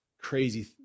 crazy